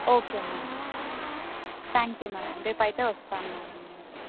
okay madam thank you madam రేపైతే వస్తాను madam